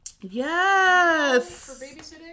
Yes